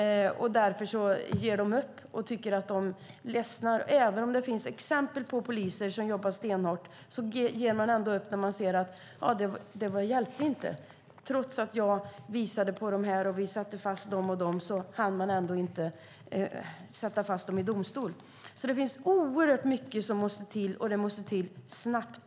Därför ger polisen upp och ledsnar. Det finns exempel på poliser som jobbar stenhårt, men de ger ändå upp när de ser att det inte hjälper - trots att de satte fast den och den hann de inte sätta fast den personen i domstol. Det är alltså oerhört mycket som måste till, och det måste till snabbt.